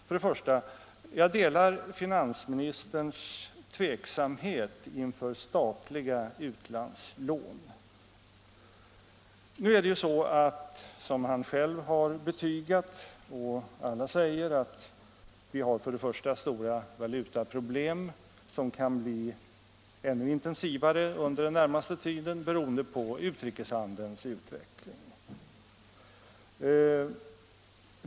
För det första: Jag delar finansministerns tveksamhet inför statliga utlandslån. Nu är det ju så, som finansministern själv har betygat och alla säger, att vi har stora valutaproblem som kan bli ännu intensivare under den närmaste tiden beroende på utrikeshandelns utveckling.